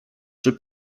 czy